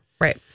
right